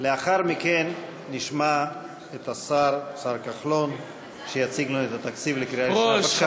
לאחר מכן נשמע את השר כחלון שיציג לנו את התקציב לקריאה ראשונה.